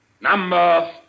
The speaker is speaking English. Number